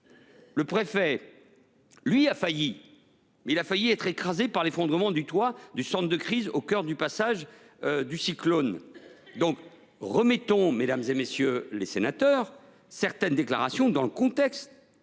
le préfet, lui, a failli… être écrasé par l’effondrement du toit du centre de crise au cœur du passage du cyclone ! Mesdames, messieurs les sénateurs, remettons certaines déclarations dans leur contexte,